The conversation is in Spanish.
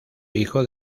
hijo